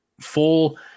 full